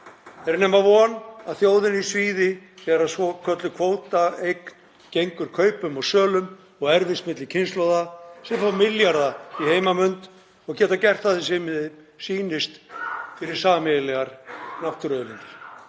Er nema von að þjóðinni svíði það þegar svokölluð kvótaeign gengur kaupum og sölum og erfist milli kynslóða sem fá milljarða í heimanmund og geta gert það sem þeim sýnist fyrir sameiginlegar náttúruauðlindir?